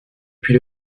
puis